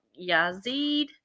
Yazid